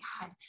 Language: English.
God